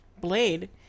Blade